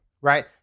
right